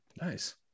Nice